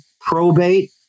probate